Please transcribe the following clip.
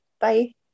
Bye